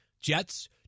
Jets